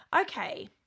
okay